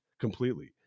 completely